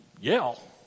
yell